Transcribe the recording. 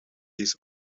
deze